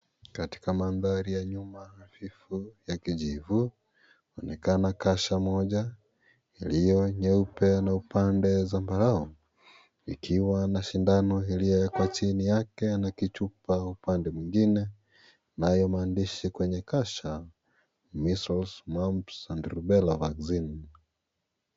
Katika Mandhari ya nyuma hafifu ya kijivu , inaonekana kasha moja iliyo nyeupe na upande zambarao ikiwa na sindano iliyowekwa chini yake na kichupa upande mwingine, nayo maandishi kwenye kasha (cs)measles, mumps and rubella vaccine(cs).